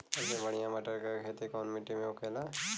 सबसे बढ़ियां मटर की खेती कवन मिट्टी में होखेला?